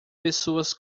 pessoas